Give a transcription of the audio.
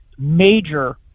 major